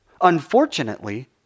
Unfortunately